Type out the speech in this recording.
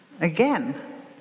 again